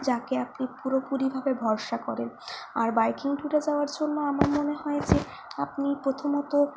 যাকে আপনি পুরোপুরিভাবে ভরসা করেন আর বাইকিং ট্যুরে যাওয়ার জন্য আমার মনে হয় যে আপনি প্রথমত